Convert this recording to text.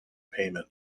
payment